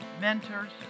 mentors